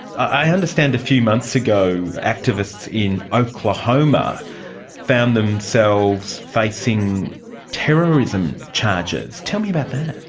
i understand a few months ago activists in oklahoma found themselves facing terrorism charges. tell me about that.